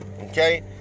okay